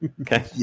Okay